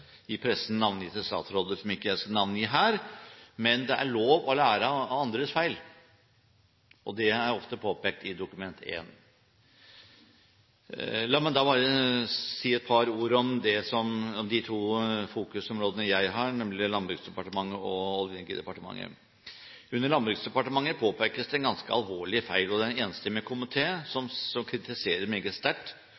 i pressen navngitte statsråder, som jeg ikke skal navngi her, men det er lov å lære av andres feil – og de er ofte påpekt i Dokument 1. La meg bare si et par ord om de to fokusområdene jeg har, nemlig Landbruksdepartementet og Olje- og energidepartementet. Under Landbruksdepartementet påpekes det en ganske alvorlig feil, og det er enstemmig komité som